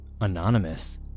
anonymous